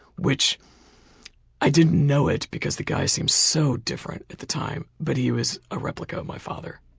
which i didn't know it because the guy seemed so different at the time but he was a replica of my father.